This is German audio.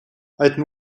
alten